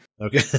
Okay